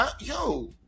yo